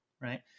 right